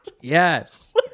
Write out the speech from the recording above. Yes